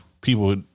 people